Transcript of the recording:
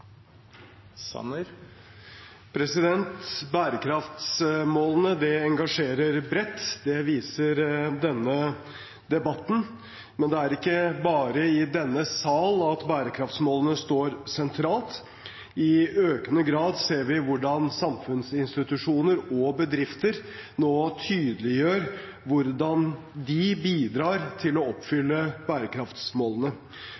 ikke bare i denne sal bærekraftsmålene står sentralt. I økende grad ser vi hvordan samfunnsinstitusjoner og bedrifter nå tydeliggjør hvordan de bidrar til å